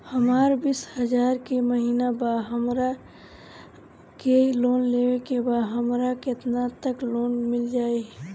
हमर बिस हजार के महिना बा हमरा के लोन लेबे के बा हमरा केतना तक लोन मिल जाई?